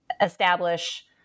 establish